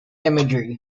imagery